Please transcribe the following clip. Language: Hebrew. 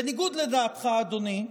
בניגוד לדעתך, אדוני,